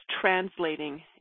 translating